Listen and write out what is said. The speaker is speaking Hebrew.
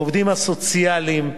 בעובדים הסוציאליים.